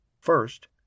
First